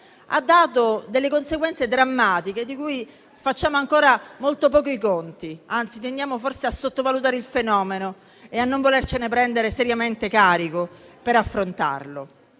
ha prodotto delle conseguenze drammatiche con cui facciamo ancora molto poco i conti. Anzi, tendiamo forse a sottovalutare il fenomeno e a non volercene prendere seriamente carico per affrontarlo.